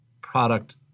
product